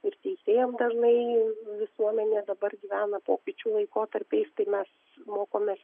ir teisėjam dažnai visuomenė dabar gyvena pokyčių laikotarpiais tai mes mokomės